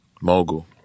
mogul